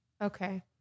Okay